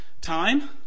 time